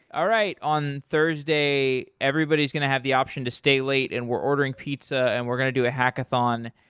alright, on thursday, everybody is going to have the option to stay late and we're ordering pizza and we're going to do a hackathon.